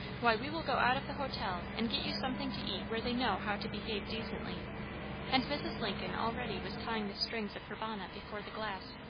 why, we will go out of the hotel, and get you something to eat where they know how to behave decently and mrs. lincoln already was tying the strings of her bonnet before the glass.